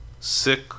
Sick